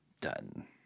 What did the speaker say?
Done